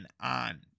on